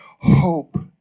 hope